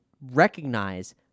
recognize